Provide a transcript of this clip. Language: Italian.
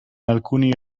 alcuni